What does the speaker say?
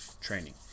training